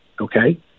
okay